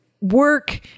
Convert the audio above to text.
work